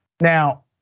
Now